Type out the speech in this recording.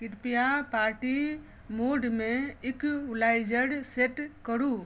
कृपया पार्टी मोडमे equaliser set करू